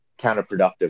counterproductive